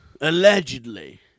allegedly